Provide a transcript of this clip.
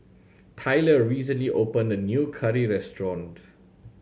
Tylor recently opened a new curry restaurant